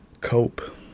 cope